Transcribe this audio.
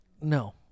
no